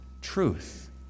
truth